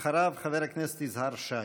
אחריו, חבר הכנסת יזהר שי.